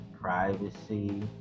privacy